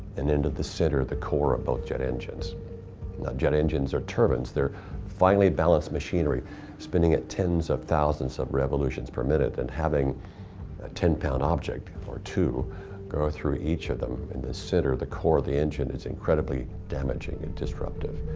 and and into the center, the core of both jet engines. now jet engines are turbines. they're finely balanced machinery spinning at tens of thousands of revolutions per minute and having a ten pound object or two go through each of them, in the center of the core of the engine, is incredibly damaging and disruptive.